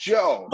Joe